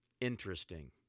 Interesting